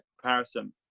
comparison